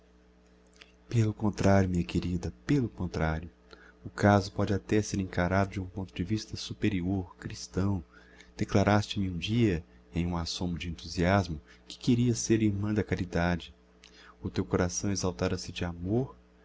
pelo contrario minha querida pelo contrario o caso pode até ser encarado de um ponto de vista superior christão declaraste me um dia em um assômo de enthusiasmo que querias ser irmã da caridade o teu coração exaltara se de amor